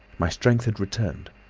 my strength had returned.